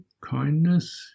kindness